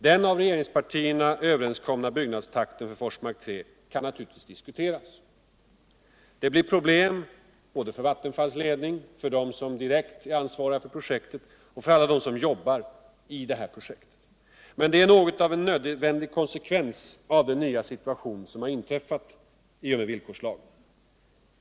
Den av regeringspartierna överenskomna byggnadstakten för Forsmark 3 kan naturligtvis diskuteras. Det blir problem för Vattenfalls ledning. för dem som direkt är ansvariga för projektet och för alla dem som jobbar på projektet. Men det är något av en nödvändig konsekvens av den nya situation som har inträffat i och med villkorslagen.